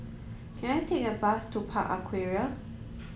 can I take a bus to Park Aquaria